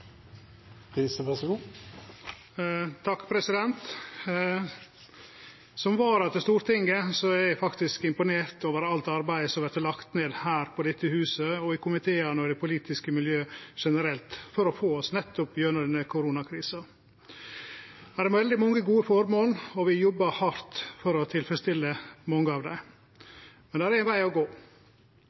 eg faktisk imponert over alt det arbeidet som vert lagt ned her på dette huset og i komiteane og det politiske miljøet generelt for å få oss nettopp gjennom denne koronakrisa. Her er veldig mange gode formål, og vi jobbar hardt for å tilfredsstille mange av dei. Men det er ein veg å gå.